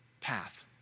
path